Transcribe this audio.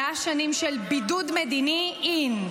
"מאה שנים של בידוד מדיני" IN,